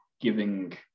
giving